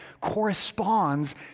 corresponds